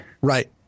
right